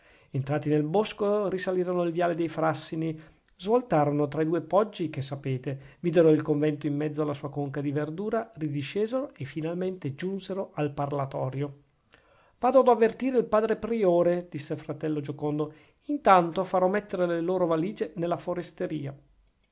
entrati nel bosco risalirono il viale dei frassini svoltarono tra i due poggi che sapete videro il convento in mezzo alla sua conca di verdura ridiscesero e finalmente giunsero al parlatorio vado ad avvertire il padre priore disse fratello giocondo intanto farò mettere le loro valigie nella foresteria